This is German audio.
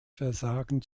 versagen